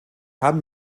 haben